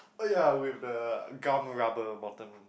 oh ya which the gum rubber bottom